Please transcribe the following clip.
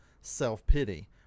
self-pity